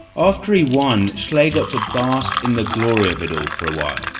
after he won, schlee got to bask in the glory of it all for a while.